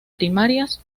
primarias